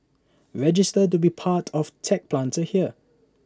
register to be part of tech Planter here